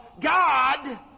God